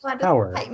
power